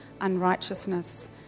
unrighteousness